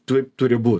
taip turi būt